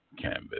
Canvas